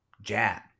Jab